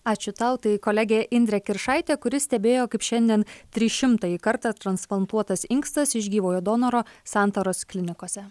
ačiū tau tai kolegė indrė kiršaitė kuri stebėjo kaip šiandien trišimtąjį kartą transplantuotas inkstas iš gyvojo donoro santaros klinikose